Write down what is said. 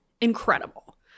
incredible